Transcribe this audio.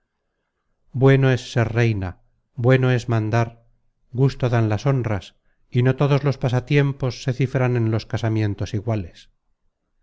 bueno es ser reina bueno es mandar gusto dan las honras y no todos los pasatiempos se cifran en los casamientos iguales